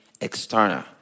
external